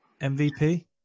MVP